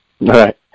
Right